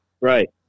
right